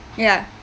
ya